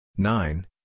Nine